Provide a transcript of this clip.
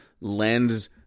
lends